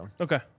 Okay